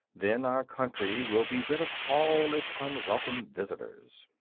then our country will be rid of all its unwelcome visitors.